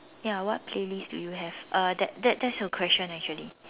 ya what playlist do you have uh that that's your question actually